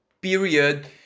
period